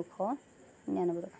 দুশ নিৰান্নব্বৈ টকা